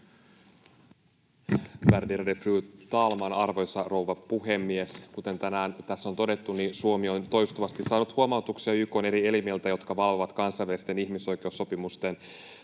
Värderade fru talman, arvoisa rouva puhemies! Kuten tänään tässä on todettu, Suomi on toistuvasti saanut huomautuksia YK:n eri elimiltä, jotka valvovat kansainvälisten ihmisoikeussopimusten